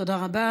תודה רבה.